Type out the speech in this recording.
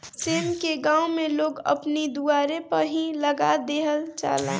सेम के गांव में लोग अपनी दुआरे पअ ही लगा देहल जाला